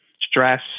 stress